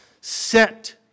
Set